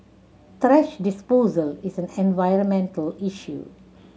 thrash disposal is an environmental issue